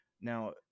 Now